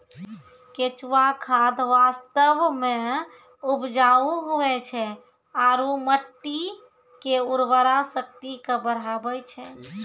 केंचुआ खाद वास्तव मे उपजाऊ हुवै छै आरू मट्टी के उर्वरा शक्ति के बढ़बै छै